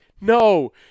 no